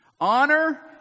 honor